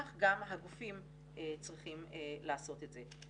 כך גם הגופים צריכים לעשות את זה.